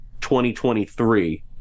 2023